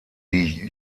die